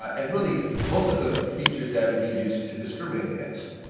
and really most of the features that we use to discriminate against.